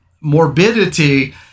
morbidity